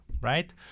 right